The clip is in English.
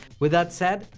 with that said,